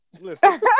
Listen